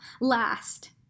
last